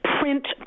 print